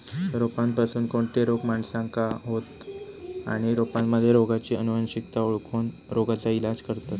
रोपांपासून कोणते रोग माणसाका होतं आणि रोपांमध्ये रोगाची अनुवंशिकता ओळखोन रोगाचा इलाज करतत